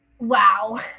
wow